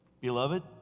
Beloved